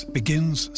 begins